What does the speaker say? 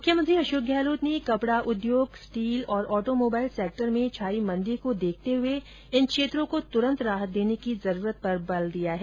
मुख्यमंत्री अशोक गहलोत ने कपड़ा उद्योग स्टील और ऑटोमोबाइल सेक्टर में छाई मंदी को देखते हुए इन क्षेत्रों को तुरंत राहत देने की जरूरत पर बल दिया है